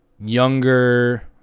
younger